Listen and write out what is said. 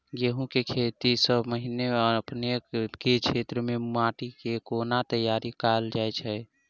गेंहूँ केँ खेती सँ पहिने अपनेक केँ क्षेत्र मे माटि केँ कोना तैयार काल जाइत अछि?